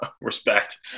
respect